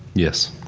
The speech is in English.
yes.